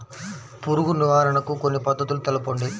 పురుగు నివారణకు కొన్ని పద్ధతులు తెలుపండి?